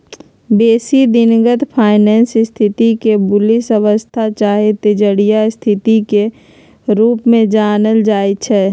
बेशी दिनगत फाइनेंस स्थिति के बुलिश अवस्था चाहे तेजड़िया स्थिति के रूप में जानल जाइ छइ